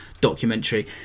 documentary